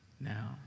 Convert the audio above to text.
now